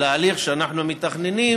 להליך שאנחנו מתכננים,